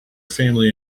family